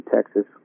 Texas